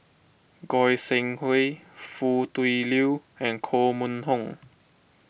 Goi Seng Hui Foo Tui Liew and Koh Mun Hong